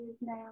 now